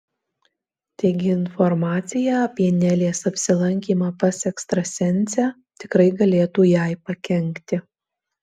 taigi informacija apie nelės apsilankymą pas ekstrasensę tikrai galėtų jai pakenkti